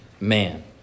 man